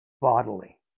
bodily